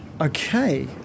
Okay